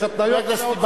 יש התניות של האוצר.